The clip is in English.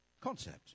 concept